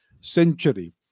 century